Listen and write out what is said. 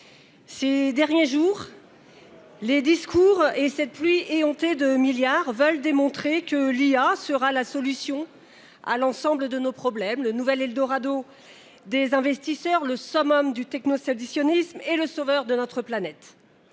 Ces derniers jours, les discours et cette pluie éhontée de milliards d’euros tendent à nous faire croire que l’IA sera la solution à l’ensemble de nos problèmes, le nouvel eldorado des investisseurs, le summum du technosolutionnisme qui viendra sauver notre planète.